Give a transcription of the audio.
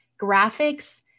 graphics